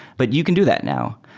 but you can do that now.